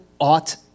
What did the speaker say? ought